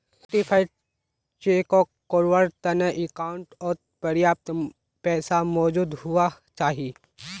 certified चेकोक कवर कारवार तने अकाउंटओत पर्याप्त पैसा मौजूद हुवा चाहि